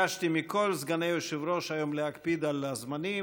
ביקשתי מכל סגני היושב-ראש היום להקפיד על הזמנים,